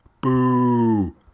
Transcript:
Boo